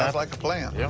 um like a plan. yeah